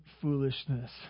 foolishness